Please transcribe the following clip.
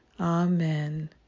Amen